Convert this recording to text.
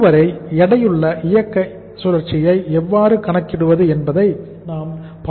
இதுவரை எடையுள்ள இயக்க சுழற்சியை எவ்வாறு கணக்கிடுவது என்பதை நாம் பார்க்க வேண்டும்